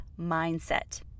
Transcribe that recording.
Mindset